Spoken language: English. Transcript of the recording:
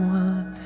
one